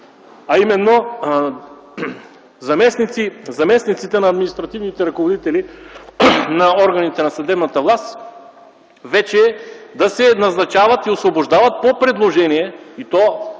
а именно: заместниците на административните ръководители на органите на съдебната власт вече да се назначават и освобождават по предложение и то